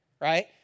right